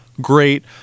Great